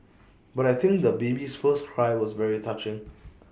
but I think the baby's first cry was very touching